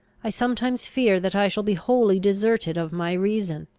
i sometimes fear that i shall be wholly deserted of my reason.